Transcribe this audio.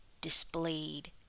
displayed